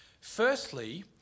Firstly